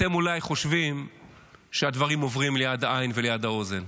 אתם אולי חושבים שהדברים עוברים ליד העין וליד האוזן,